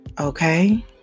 Okay